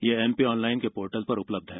ये MP online के portal पर उपलब्ध हैं